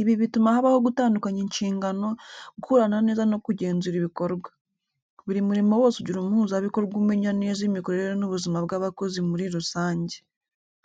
Ibi bituma habaho gutandukanya inshingano, gukorana neza no kugenzura ibikorwa. Buri murimo wose ugira umuhuzabikorwa umenya neza imikorere n’ubuzima bw'abakozi muri rusange.